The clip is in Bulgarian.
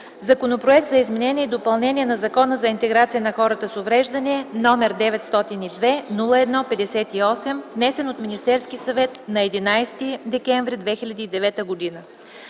Законопроект за изменение и допълнение на Закона за интеграция на хората с увреждания, № 902-01-58, внесен от Министерския съвет на 11.12.2009 г.